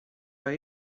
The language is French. pas